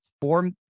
four